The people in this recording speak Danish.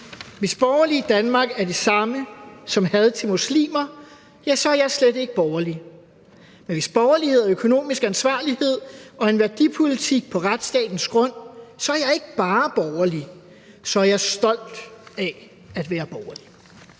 Hvis et borgerligt Danmark er det samme som had til muslimer, så er jeg slet ikke borgerlig. Men hvis borgerlighed er økonomisk ansvarlighed og en værdipolitik på retsstatens grund, så er jeg ikke bare borgerlig, men så er jeg også stolt af at være borgerlig.